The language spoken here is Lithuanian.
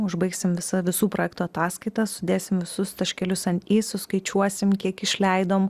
užbaigsim visą visų projektų ataskaitą sudėsim visus taškelius ant i suskaičiuosim kiek išleidom